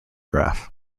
graph